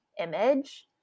image